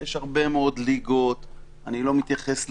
יש הרבה מאוד ליגות ואני לא מתייחס לכולן,